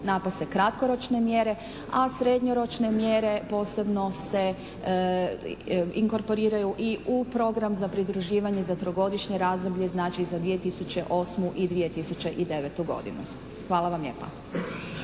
napose kratkoročne mjere. A srednjoročne mjere posebno se inkorporiraju i u program za pridruživanje za trogodišnje razdoblje. Znači za 2008. i 2009. godinu. Hvala vam lijepa.